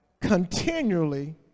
continually